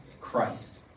Christ